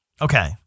Okay